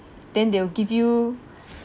then they will give you